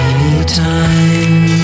Anytime